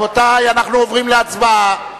רבותי, אנחנו עוברים להצבעה.